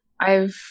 I've-